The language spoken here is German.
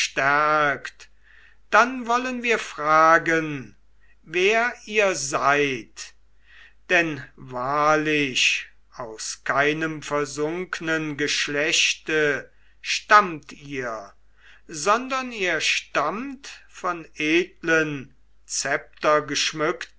dann wollen wir fragen wer ihr seid denn wahrlich aus keinem versunknen geschlechte stammt ihr sondern ihr stammt von edlen